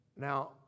Now